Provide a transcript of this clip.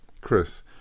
Chris